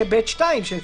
אבל דיברנו על ניסיון,